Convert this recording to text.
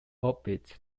orbit